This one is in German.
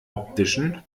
optischen